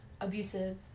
abusive